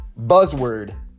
buzzword